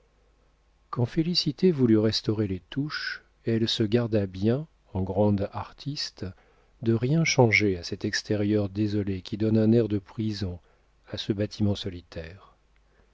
quand félicité voulut restaurer les touches elle se garda bien en grande artiste de rien changer à cet extérieur désolé qui donne un air de prison à ce bâtiment solitaire